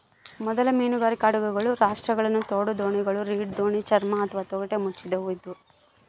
ಮೊದಲ ಮೀನುಗಾರಿಕೆ ಹಡಗುಗಳು ರಾಪ್ಟ್ಗಳು ತೋಡುದೋಣಿಗಳು ರೀಡ್ ದೋಣಿ ಚರ್ಮ ಅಥವಾ ತೊಗಟೆ ಮುಚ್ಚಿದವು ಇದ್ವು